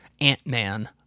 Ant-Man